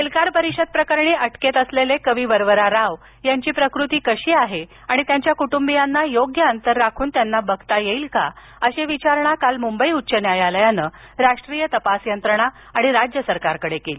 एल्गार परिषद प्रकरणी अटकेत असलेले कवी वरवरा राव यांची प्रकृती कशी आहे आणि त्यांच्या कुटुंबीयांना योग्य अंतर राखून त्यांना बघता येईल का अशी विचारणा काल मुंबई उच्च न्यायालयानं राष्ट्रीय तपास यंत्रणा आणि राज्य सरकारकडे केली